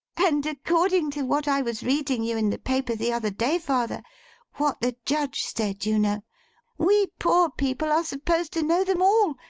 and according to what i was reading you in the paper the other day, father what the judge said, you know we poor people are supposed to know them all.